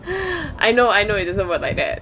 I know I know it doesn't work like that